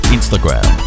Instagram